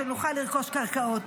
שנוכל לרכוש קרקעות,